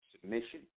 submission